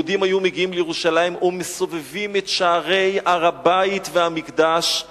יהודים היו מגיעים לירושלים ומסובבים את שערי הר-הבית והמקדש,